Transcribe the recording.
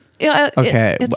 Okay